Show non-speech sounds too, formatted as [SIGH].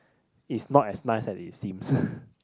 is not as nice as it seems [LAUGHS]